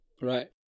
Right